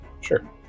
Sure